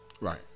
Right